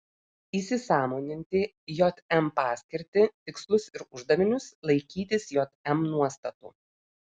įsisąmoninti jm paskirtį tikslus ir uždavinius laikytis jm nuostatų